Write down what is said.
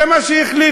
זה מה שהחליטו,